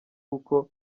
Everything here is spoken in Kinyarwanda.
uko